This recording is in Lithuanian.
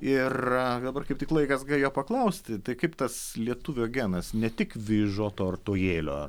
ir dabar kaip tik laikas gal jo paklausti tai kaip tas lietuvio genas ne tik vyžoto artojėlio